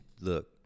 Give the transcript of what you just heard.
look